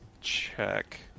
check